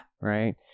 Right